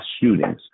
shootings